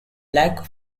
black